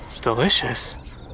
Delicious